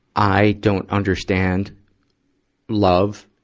i don't understand love,